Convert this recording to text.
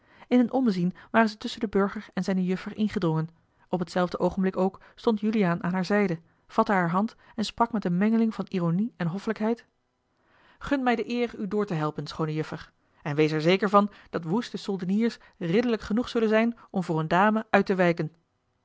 in een ommezien waren zij tusschen den burger en zijne juffer ingedrongen op hetzelfde oogenblik ook stond juliaan aan hare zijde vatte hare hand en sprak met eene mengeling van ironie en hoffelijkheid gun me de eer u door te helpen schoone juffer en wees er zeker van dat woeste soldeniers ridderlijk genoeg zullen zijn om voor een dame uit te wijken